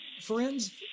friends